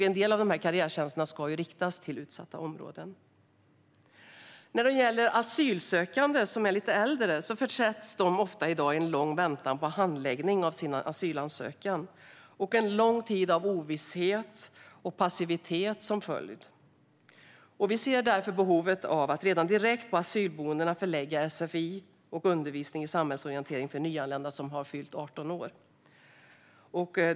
En del av dessa tjänster ska riktas till utsatta områden. Asylsökande som är lite äldre försätts ofta i en lång väntan på handläggning av sin asylansökan med en lång tid av ovisshet och passivitet som följd. Vi ser därför behovet av att redan direkt på asylboendena ge undervisning i sfi och samhällsorientering till nyanlända som har fyllt 18 år.